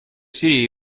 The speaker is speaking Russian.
сирии